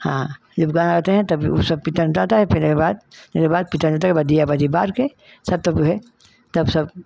हाँ जब गाना गाते हैं तब उ सब फिर एके बाद एके बाद के बाद दीया बजी बार के सब तब उहे तब सब